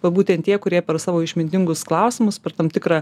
o būtent tie kurie per savo išmintingus klausimus per tam tikrą